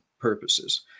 purposes